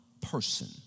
person